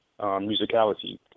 musicality